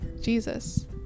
Jesus